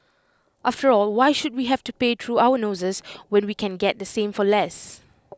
after all why should we have to pay through our noses when we can get the same for less